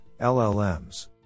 LLMs